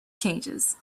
changes